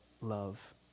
love